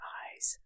eyes